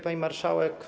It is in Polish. Pani Marszałek!